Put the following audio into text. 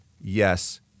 Yes